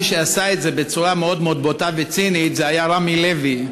מי שעשה את זה בצורה מאוד מאוד בוטה וצינית היה רמי לוי,